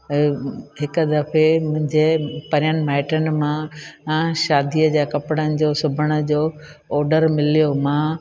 ऐं हिकु दफ़े मुंहिंजे परियनि माइटनि मां मां शादीअ जा कपिड़नि जो सिबण जो ऑडर मिलियो मां